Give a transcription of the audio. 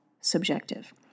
subjective